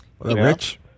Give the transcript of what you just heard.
Rich